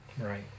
Right